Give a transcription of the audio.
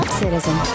citizen